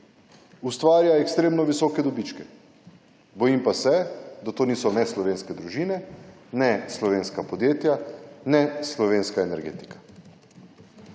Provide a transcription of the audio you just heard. ustvarja ekstremno visoke dobičke. Bojim pa se, da to niso ne slovenske družine ne slovenska podjetja ne slovenskega energetika.